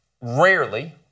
rarely